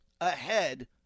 ahead